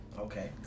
okay